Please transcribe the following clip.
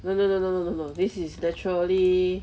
no no no no no no no this is naturally